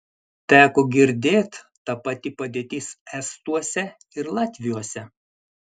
teko girdėt ta pati padėtis estuose ir latviuose